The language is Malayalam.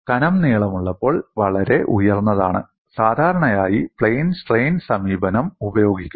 കനം നീളമുള്ളപ്പോൾ വളരെ ഉയർന്നതാണ് സാധാരണയായി പ്ലെയിൻ സ്ട്രെയിൻ സമീപനം ഉപയോഗിക്കുന്നു